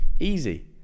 easy